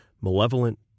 malevolent